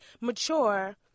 mature